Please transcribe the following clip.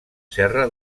serra